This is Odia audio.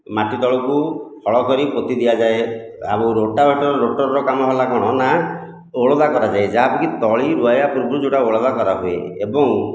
ମାଟି ତଳକୁ ହଳ କରି ପୋତି ଦିଆଯାଏ ଆଉ ରୋଟାଭେଟର ରୋଟରର କାମ ହେଲା କ'ଣ ନା ଓଳଦା କରାଯାଏ ଯାହାକୁକି ତଳି ରୋଇବା ପୂର୍ବରୁ ଯେଉଁଟା ଓଳଦା କରାହୁଏ ଏବଂ